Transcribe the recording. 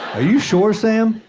are you sure, sam?